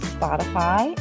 Spotify